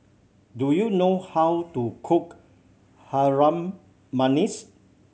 do you know how to cook Harum Manis